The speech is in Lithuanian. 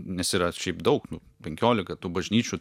nes yra šiaip daug nu penkiolika tų bažnyčių